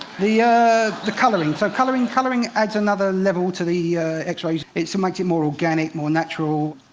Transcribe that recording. the ah the coloring, so coloring coloring adds another level to the x-rays. it so makes it more organic, more natural.